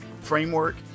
framework